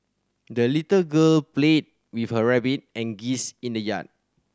the little girl played with her rabbit and geese in the yard